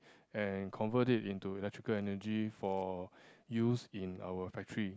and convert it into electrical energy for use in our factory